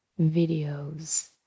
videos